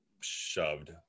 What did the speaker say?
shoved